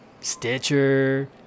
Stitcher